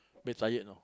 very tired know